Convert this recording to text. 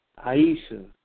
Aisha